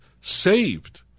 saved